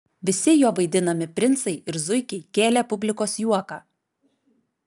visi jo vaidinami princai ir zuikiai kėlė publikos juoką